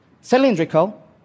cylindrical